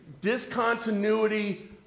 discontinuity